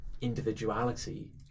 individuality